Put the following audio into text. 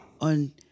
On